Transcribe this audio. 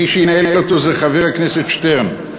מי שינהל אותו זה חבר הכנסת שטרן.